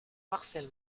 marcel